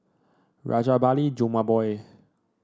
Rajabali Jumabhoy